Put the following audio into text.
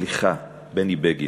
סליחה, בני בגין,